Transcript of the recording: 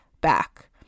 back